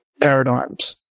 paradigms